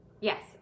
yes